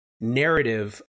narrative